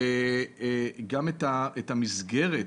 גם את המסגרת,